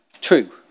true